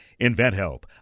InventHelp